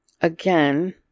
Again